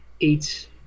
eight